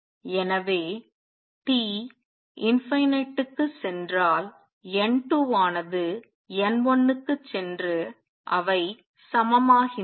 எனவே T க்குச் சென்றால் N2 ஆனது N1 க்குச் சென்று அவை சமமாகின்றன